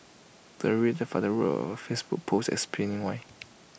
the irate father wrote A Facebook post explaining why